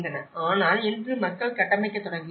ஆனால் இன்று மக்கள் கட்டமைக்கத் தொடங்குகிறார்கள்